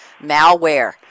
Malware